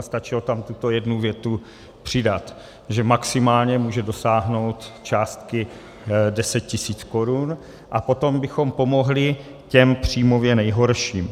Stačilo tam tuto jednu větu přidat, že maximálně může dosáhnout částky 10 000 korun, a potom bychom pomohli těm příjmově nejhorším.